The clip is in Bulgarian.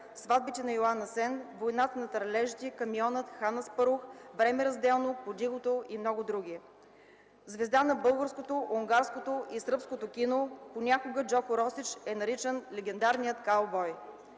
„Сватбите на Йоан Асен”, „Войната на таралежите”, „Камионът”, „Хан Аспарух”, „Време разделно”, „Под игото” и много други. Звезда на българското, унгарското и сръбското кино, понякога Джордже Росич е наричан „легендарният каубой”.